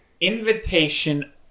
invitation